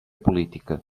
política